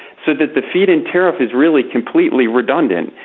so that the feed-in tariff is really completely redundant.